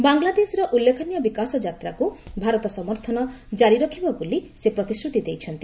ବାଂଲାଦେଶର ଉଲ୍ଲେଖନୀୟ ବିକାଶ ଯାତ୍ରାକୁ ଭାରତ ସମର୍ଥନ କାରି ରଖିବା ବୋଲି ସେ ପ୍ରତିଶ୍ରତି ଦେଇଛନ୍ତି